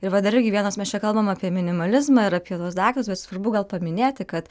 ir va dar irgi vienas mes čia kalbam apie minimalizmą ir apie tuos daiktus bet svarbu gal paminėti kad